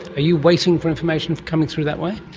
are you waiting for information coming through that way?